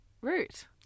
Root